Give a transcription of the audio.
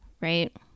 right